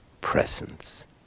presence